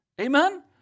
amen